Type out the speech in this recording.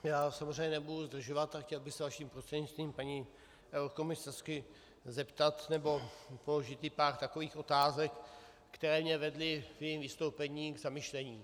Já samozřejmě nebudu zdržovat a chtěl bych se vaším prostřednictvím paní eurokomisařky zeptat, nebo položit jí pár takových otázek, které mě vedly v jejím vystoupení k zamyšlení.